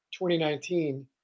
2019